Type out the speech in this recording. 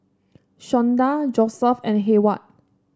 Shawnda Josef and Heyward